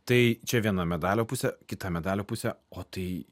tai čia viena medalio pusė kita medalio pusė o tai